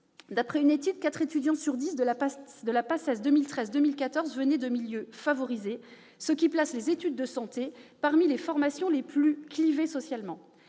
D'après une étude, quatre étudiants sur dix de la PACES 2013-2014 venaient de milieux favorisés, ce qui place les études de santé parmi les formations les plus clivées socialement.